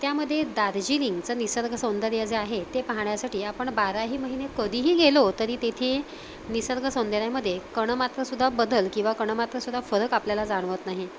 त्यामदे दार्जिलिंगचं निसर्ग सौंदर्य जे आहे ते पाहण्यासाठी आपण बाराही महिने कधीही गेलो तरी तेथे निसर्गसौंदर्यामदे कणमात्रसुद्धा बदल किंवा कणमात्रसुद्धा फरक आपल्याला जाणवत नाही